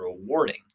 rewarding